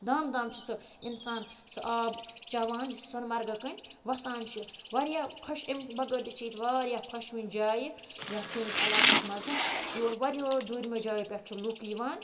دامہٕ دامہٕ چھِ سُہ اِنسان سُہ آب چٮ۪وان یُس سۄنہٕ مرگہٕ کٔنۍ وَسان چھِ واریاہ خۄش امہِ بغٲر تہِ چھِ ییٚتہِ واریاہ خۄشوٕنۍ جایہِ یَتھ سٲنِس علاقَس منٛز یور وایَہو دوٗرمیو جایو پٮ۪ٹھ چھِ لُکھ یِوان